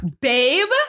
babe